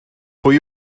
pwy